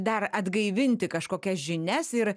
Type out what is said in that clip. dar atgaivinti kažkokias žinias ir